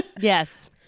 Yes